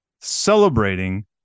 celebrating